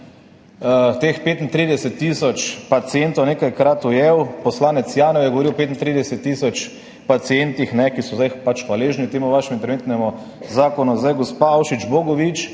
teh 35 tisoč pacientov nekajkrat ujel, poslanec Janev je govoril o 35 tisoč pacientih, ki so zdaj hvaležni temu vašemu interventnemu zakonu, gospa Avšič Bogovič